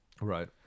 Right